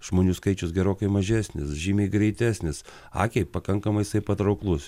žmonių skaičius gerokai mažesnis žymiai greitesnis akiai pakankamai jisai patrauklus